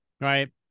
Right